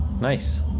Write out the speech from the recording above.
Nice